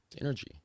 Energy